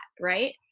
right